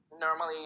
normally